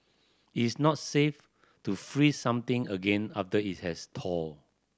is not safe to freeze something again after it has thawed